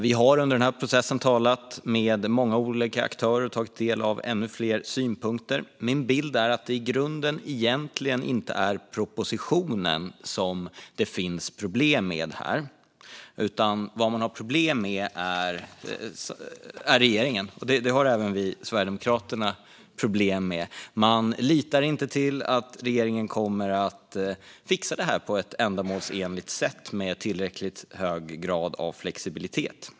Vi har under processen talat med många olika aktörer och tagit del av ännu fler synpunkter. Min bild är att det i grunden egentligen inte är propositionen som det finns problem med här. Vad man har problem med är regeringen, och det har även vi i Sverigedemokraterna. Man litar inte på att regeringen kommer att fixa detta på ett ändamålsenligt sätt med tillräckligt hög grad av flexibilitet.